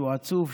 שהוא עצוב,